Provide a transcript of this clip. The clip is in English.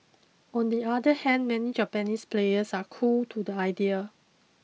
on the other hand many Japanese players are cool to the idea